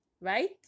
right